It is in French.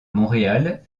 montréal